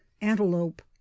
antelope